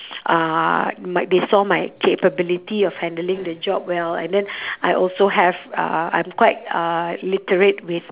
uh like they saw my capability of handling the job well and then I also have uh I'm quite uh literate with